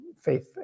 faith